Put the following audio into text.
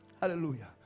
hallelujah